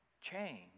Change